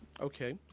Okay